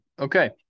Okay